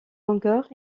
longueur